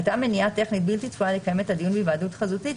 הייתה מניעה טכנית בלתי צפויה לקיים את הדיון בהיוועדות חזותית,